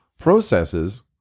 processes